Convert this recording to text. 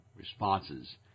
Responses